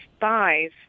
thighs